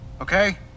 Okay